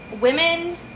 women